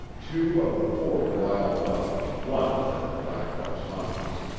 two of the four wild dogs lunged at the black buck's haunches.